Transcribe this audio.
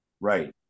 Right